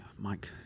Mike